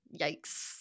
yikes